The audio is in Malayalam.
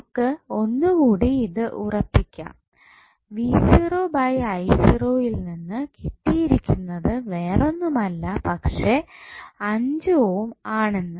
നമുക്ക് ഒന്നുകൂടി ഇത് ഉറപ്പിക്കാം യിൽ നിന്ന് കിട്ടിയിരിക്കുന്നത് വേറൊന്നുമല്ല പക്ഷെ 5 ഓം ആണെന്ന്